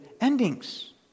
endings